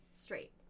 straight